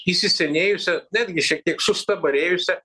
įsisenėjusia netgi šiek tiek sustabarėjusia